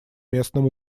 местном